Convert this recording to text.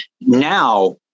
Now